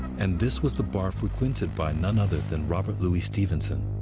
and this was the bar frequented by none other than robert louis stevenson.